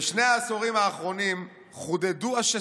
בשני העשורים האחרונים חודדו השסעים,